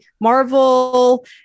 Marvel